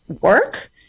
work